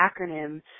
acronym